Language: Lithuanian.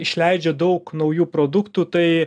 išleidžia daug naujų produktų tai